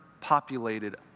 populated